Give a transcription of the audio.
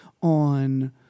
on